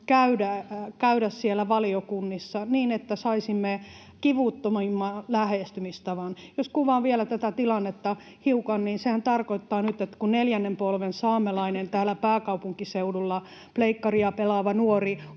käydä siellä valiokunnissa, niin että saisimme kivuttomimman lähestymistavan. Jos kuvaan vielä tätä tilannetta hiukan, niin sehän tarkoittaa nyt, että kun neljännen polven saamelainen täällä pääkaupunkiseudulla — Pleikkaria pelaava nuori